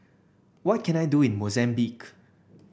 what can I do in Mozambique